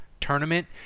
tournament